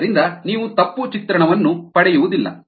ಆದ್ದರಿಂದ ನೀವು ತಪ್ಪು ಚಿತ್ರಣವನ್ನು ಪಡೆಯುವುದಿಲ್ಲ